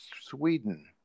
Sweden